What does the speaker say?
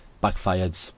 backfired